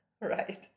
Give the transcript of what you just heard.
Right